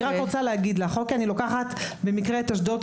למשל אשדוד,